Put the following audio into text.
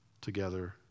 together